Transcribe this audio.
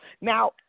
Now